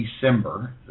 December